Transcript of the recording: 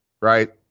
right